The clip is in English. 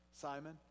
Simon